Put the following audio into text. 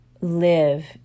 live